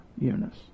Eunice